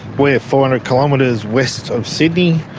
we are four hundred kilometres west of sydney,